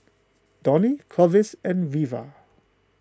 Donie Clovis and Reva